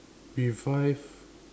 revive